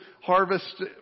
harvest